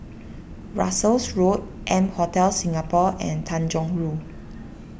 Russels Road M Hotel Singapore and Tanjong Rhu